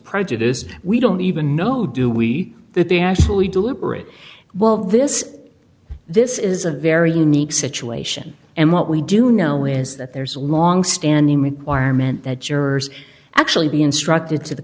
prejudice we don't even know do we that they actually deliberate well this this is a very unique situation and what we do know is that there's a longstanding requirement that jurors actually be instructed to the